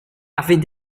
avait